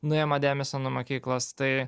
nuima dėmesį nuo mokyklos tai